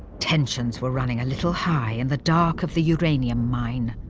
tensions were running a little high in the dark of the uranium mine,